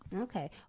Okay